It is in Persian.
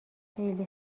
خیلی